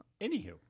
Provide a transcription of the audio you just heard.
Anywho